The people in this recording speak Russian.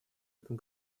этом